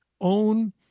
own